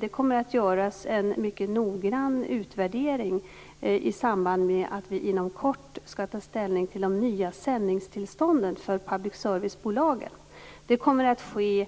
Det kommer att göras en mycket noggrann utvärdering i samband med att vi inom kort skall ta ställning till de nya sändningstillstånden för public service-bolagen. Detta kommer att ske